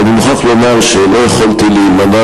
אני מוכרח לומר שלא יכולתי להימנע